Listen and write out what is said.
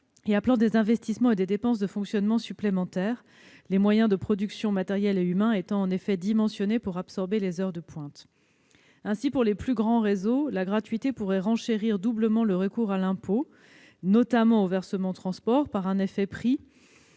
appelle donc des investissements et des dépenses de fonctionnement supplémentaires, les moyens de production, matériels et humains étant en effet dimensionnés pour absorber les heures de pointe. Ainsi, pour les plus grands réseaux, la gratuité pourrait doublement renchérir le recours à l'impôt, notamment au versement transport : par un effet prix,